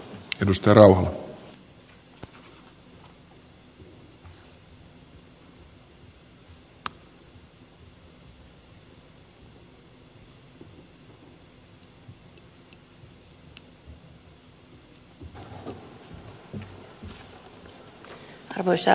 arvoisa puhemies